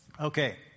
okay